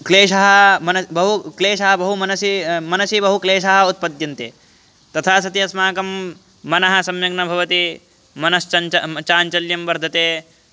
क्लेशः मनसि बहु क्लेशः बहु मनसि मनसि बहुक्लेशाः उत्पद्यन्ते तथा सति अस्माकं मनः सम्यक् न भवति मनश्चञ्च चाञ्चल्यं वर्धते